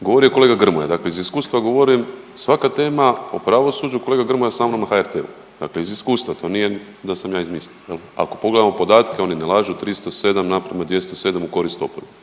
govorio je kolega Grmoja. Dakle iz iskustva govorim svaka tema o pravosuđu kolega Grmoja samo o HRT-u, dakle iz iskustva, to nije da sam ja izmislio, jel. Ako pogledamo podatke oni ne lažu, 307 naprema 207 u korist oporbe,